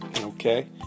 Okay